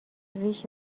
ریش